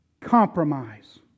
compromise